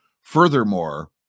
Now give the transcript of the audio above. Furthermore